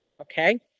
Okay